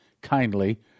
kindly